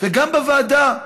וגם בוועדה,